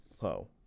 low